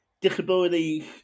disabilities